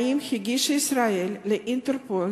האם הגישה ישראל ל"אינטרפול"